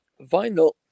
Vinyl